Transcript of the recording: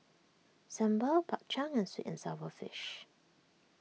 Sambal Bak Chang and Sweet and Sour Fish